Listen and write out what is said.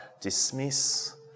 dismiss